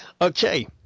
Okay